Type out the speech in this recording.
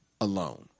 alone